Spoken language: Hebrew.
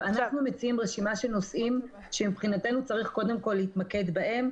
אנחנו מציעים רשימה של נושאים שמבחינתנו צריך קודם כל להתמקד בהם,